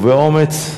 ובאומץ,